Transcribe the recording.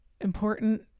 important